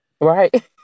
Right